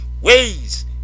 ways